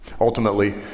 Ultimately